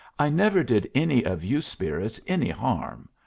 i never did any of you spirits any harm.